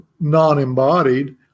non-embodied